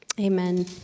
Amen